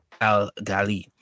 al-Ghali